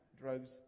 drugs